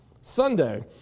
Sunday